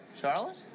Charlotte